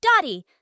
Dottie